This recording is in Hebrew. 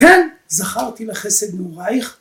כן, זכרתי לך חסד נעורייך